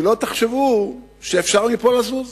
שלא תחשבו שאפשר מפה לזוז.